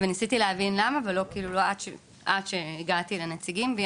וניסיתי להבין למה עד שהגעתי לנציגים והיא